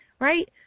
right